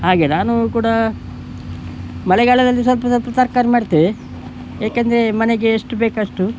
ಹಾಗೆ ನಾನು ಕೂಡ ಮಳೆಗಾಲದಲ್ಲಿ ಸ್ವಲ್ಪ ಸ್ವಲ್ಪ ತರಕಾರಿ ಮಾಡ್ತೇವೆ ಏಕೆಂದರೆ ಮನೆಗೆ ಎಷ್ಟು ಬೇಕಷ್ಟು